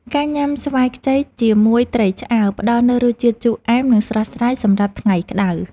ការញ៉ាំស្វាយខ្ចីជាមួយត្រីឆ្អើរ ផ្តល់នូវរសជាតិជូរអែម និងស្រស់ស្រាយសម្រាប់ថ្ងៃក្តៅ។